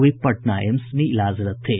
वे Patna AIIMS में इलाजरत थे